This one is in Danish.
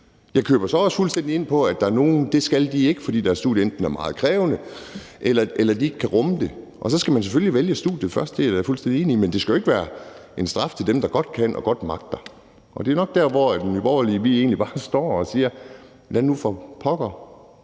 Jeg køber så også fuldstændig ind på, at der er nogen, der ikke skal det, fordi deres studie enten er meget krævende eller de ikke kan rumme det, og så skal man selvfølgelig vælge studiet først; det er jeg da fuldstændig enig i. Men det skal jo ikke være en straf til dem, der godt kan det og godt magter det, og det er nok der, hvor vi i Nye Borgerlige egentlig bare står og siger: Lad nu for pokker